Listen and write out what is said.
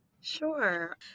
Sure